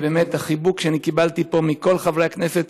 ובאמת, החיבוק שאני קיבלתי פה מכל חברי הכנסת,